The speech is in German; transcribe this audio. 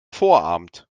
vorabend